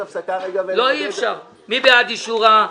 אז אפשר לעשות הפסקה רגע?